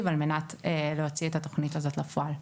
על מנת להוציא את התוכנית הזאת לפועל.